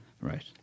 Right